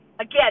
Again